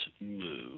move